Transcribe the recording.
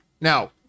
Now